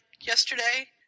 yesterday